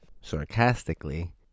sarcastically